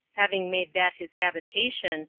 having made that his habitation,